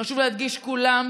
חשוב להדגיש: כולם,